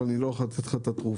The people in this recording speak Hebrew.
אבל אני לא יכול לתת לך את התרופה,